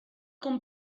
con